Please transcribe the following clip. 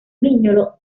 mignolo